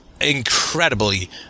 incredibly